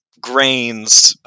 grains